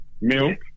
Milk